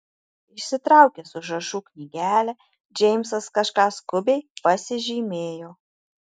išsitraukęs užrašų knygelę džeimsas kažką skubiai pasižymėjo